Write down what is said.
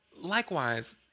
likewise